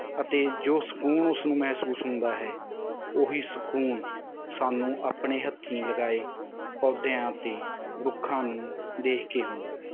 ਅਤੇ ਜੋ ਸਕੂਨ ਉਸਨੂੰ ਮਹਿਸੂਸ ਹੁੰਦਾ ਹੈ ਉਹੀ ਸਕੂਨ ਸਾਨੂੰ ਆਪਣੇ ਹੱਥੀ ਲਗਾਏ ਪੌਦਿਆਂ ਤੇ ਰੁੱਖਾਂ ਨੂੰ ਦੇਖ ਕੇ ਹੁੰਦਾ ਹੈ